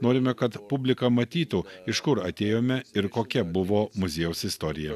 norime kad publika matytų iš kur atėjome ir kokia buvo muziejaus istorija